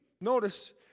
Notice